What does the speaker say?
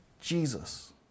Jesus